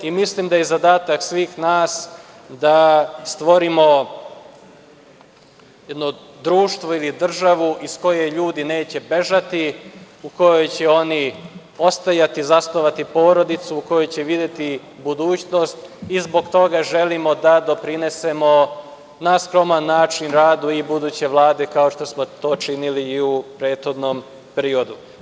Mislim da je zadatak svih nas da stvorimo jedno društvo ili državu iz koje ljudi neće bežati, u kojoj će oni ostajati, zasnovati porodicu, u kojoj će videti budućnost i zbog toga želimo da doprinesemo, na skroman način, radu i buduće Vlade, kao što smo to činili u prethodnom periodu.